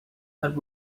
and